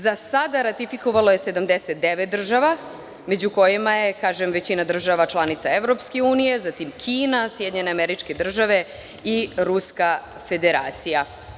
Za sada je ratifikovalo 79 država, među kojima je većina država članica EU, zatim Kina, SAD i Ruska Federacija.